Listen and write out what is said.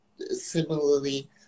similarly